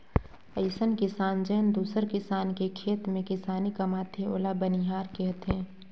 अइसन किसान जेन दूसर किसान के खेत में किसानी कमाथे ओला बनिहार केहथे